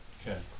Okay